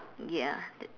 ya that